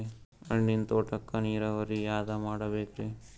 ಹಣ್ಣಿನ್ ತೋಟಕ್ಕ ನೀರಾವರಿ ಯಾದ ಮಾಡಬೇಕ್ರಿ?